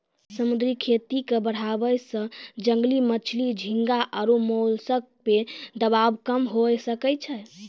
समुद्री खेती के बढ़ाबै से जंगली मछली, झींगा आरु मोलस्क पे दबाब कम हुये सकै छै